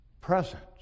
presence